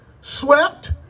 Swept